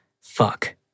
fuck